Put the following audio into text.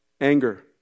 anger